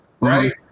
right